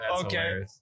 okay